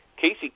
Casey